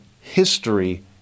history